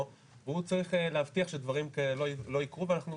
והוא צריך להבטיח שדברים לא יקרו ואנחנו,